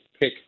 pick